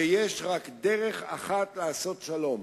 שיש רק דרך אחת לעשות שלום,